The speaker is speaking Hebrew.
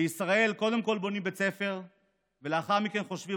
בישראל קודם כול בונים בית ספר ולאחר מכן חושבים